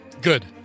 Good